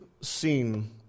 seen